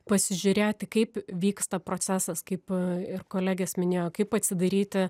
pasižiūrėti kaip vyksta procesas kaip ir kolegės minėjo kaip atsidaryti